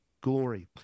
glory